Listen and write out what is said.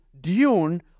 Dune